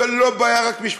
זו לא רק בעיה משפטית,